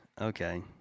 Okay